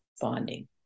bonding